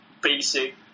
basic